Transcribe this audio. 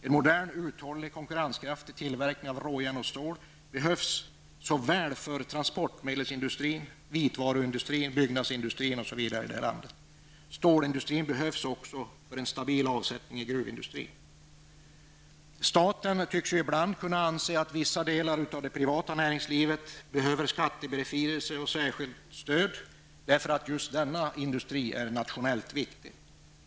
En modern, uthållig och konkurrenskraftig tillverkning av råjärn och stål behövs för transportmedelsindustrin, vitvaruindustrin, byggnadsindustrin osv. i det här landet. Stålindustrin behövs också för en stabil avsättning i gruvindustrin. Staten tycks ju ibland anse att vissa delar av det privata näringslivet behöver skattebefrielse och särskilt stöd därför att denna industri är nationellt viktig.